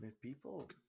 people